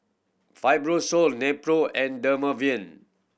Fibrosol Nepro and Dermaveen